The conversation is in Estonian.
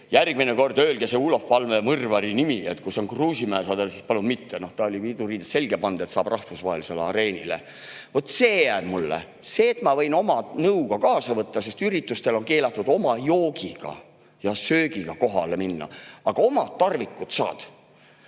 järgmine kord ütlete, et Olof Palme mõrvari nimi on Kruusimäe, siis palun mitte. Ta oli piduriided selga pannud, et saab rahvusvahelisele areenile. Vot see jääb mulle – see, et ma võin oma nõu kaasa võtta. Üritustele on keelatud oma joogiga ja söögiga kohale minna, aga oma tarvikutega saad.